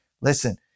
Listen